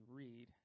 read